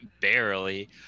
barely